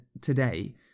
today